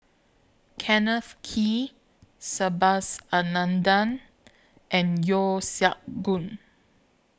Kenneth Kee Subhas Anandan and Yeo Siak Goon